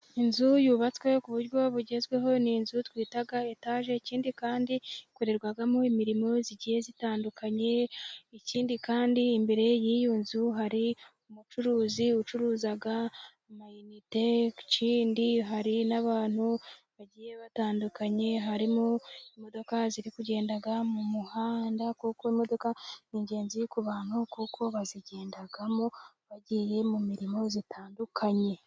Inzu yubatswe ku buryo bugezweho, ni inzu twita etage ikindi kandi ikorerwamo imirimo igiye itandukanye, ikindi kandi imbere y'iyo nzu hari umucuruzi ucuruza amayinite, indi hari n'abantu bagiye batandukanye harimo imodoka ziri kugenda mu muhanda kuko imodoka ni ingenzi ku bantu kuko bazigendamo bagiye mu mirimo itandukanye.